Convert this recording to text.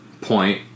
point